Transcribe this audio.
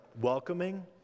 welcoming